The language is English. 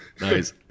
nice